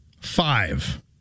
Five